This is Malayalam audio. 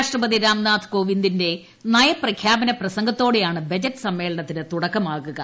രാഷ്ട്രപതി രാംനാഥ് കോവിന്ദിന്റെ നയപ്രഖ്യാപന പ്രസംഗത്തോടെയാണ് ബജറ്റ് സമ്മേളനത്തിന് തുടക്കമാകുക